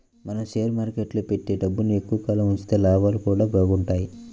మనం షేర్ మార్కెట్టులో పెట్టే డబ్బుని ఎక్కువ కాలం ఉంచితే లాభాలు గూడా బాగుంటయ్